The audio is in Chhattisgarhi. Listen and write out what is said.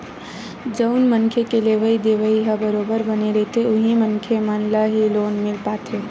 जउन मनखे के लेवइ देवइ ह बरोबर बने रहिथे उही मनखे मन ल ही लोन मिल पाथे